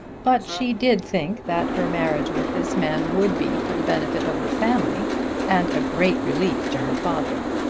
but she did think that her marriage with this man would be for the benefit of the family and a great relief to her father.